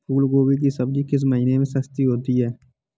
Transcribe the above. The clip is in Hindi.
फूल गोभी की सब्जी किस महीने में सस्ती होती है?